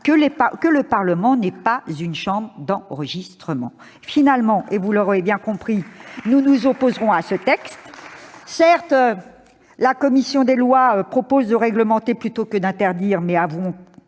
que le Parlement n'est pas une chambre d'enregistrement. Finalement, vous l'aurez bien sûr compris, nous nous opposerons à ce texte. Certes, la commission des lois propose de réglementer plutôt que d'interdire, mais avouons